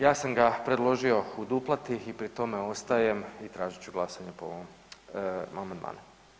Ja sam ga predložio uduplati i pri tome ostajem i tražit ću glasanje po ovom amandmanu.